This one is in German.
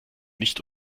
nicht